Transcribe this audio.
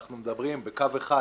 אנחנו מדברים בקו 1,